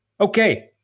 okay